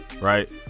right